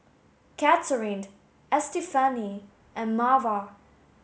Katharyn Estefany and Marva